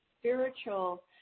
spiritual